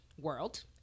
world